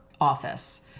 office